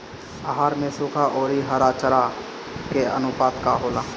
आहार में सुखा औरी हरा चारा के आनुपात का होला?